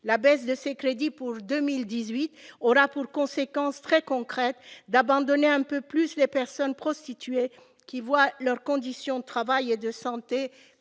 la baisse de ses crédits pour 2018 aura pour conséquence très concrète d'abandonner un peu plus les personnes prostituées qui voient leurs conditions de travail et de santé